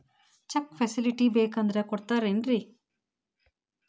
Check facility ಬೇಕಂದ್ರ ಕೊಡ್ತಾರೇನ್ರಿ?